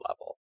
level